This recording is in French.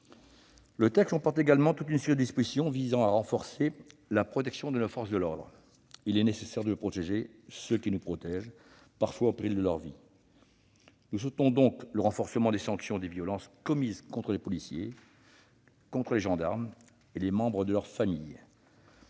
Le texte comporte également toute une série de dispositions visant à renforcer la protection de nos forces de l'ordre. Il est nécessaire de protéger ceux qui nous protègent, parfois au péril de leur vie. Nous soutenons donc le renforcement des sanctions portant sur les violences commises contre les policiers, les gendarmes et les membres de leur famille.